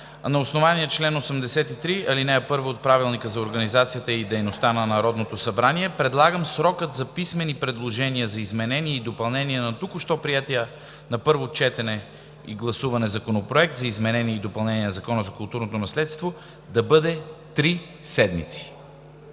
На основание чл. 83, ал. 1 от Правилника за организацията и дейността на Народното събрание, предлагам срокът за писмени предложения за изменение и допълнение на току-що приетия на първо четене Законопроект за изменение и допълнение на Закона за културното наследство да бъде три седмици.